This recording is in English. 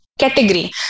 category